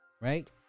right